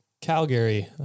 Calgary